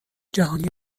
جهانی